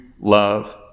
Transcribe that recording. love